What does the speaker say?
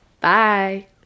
Bye